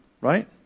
Right